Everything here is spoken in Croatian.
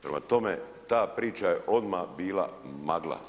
Prema tome, ta priča je odmah bila magla.